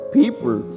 people